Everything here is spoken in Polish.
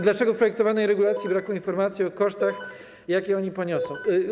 Dlaczego w projektowanej regulacji brakuje informacji o kosztach, jakie oni poniosą?